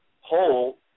whole